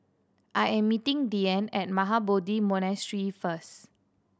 I am meeting Diann at Mahabodhi Monastery first